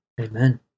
Amen